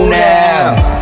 now